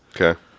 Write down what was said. okay